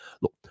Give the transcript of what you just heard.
Look